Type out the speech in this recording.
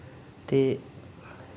ते